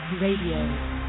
Radio